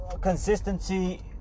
consistency